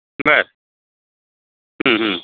बर